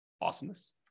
Awesomeness